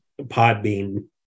Podbean